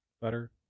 butter